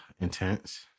intense